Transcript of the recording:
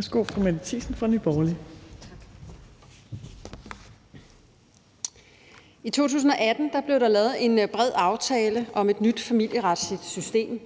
I 2018 blev der lavet en bred aftale om et nyt familieretsligt system –